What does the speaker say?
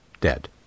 dead